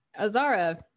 Azara